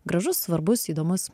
gražus svarbus įdomus